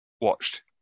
watched